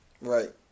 Right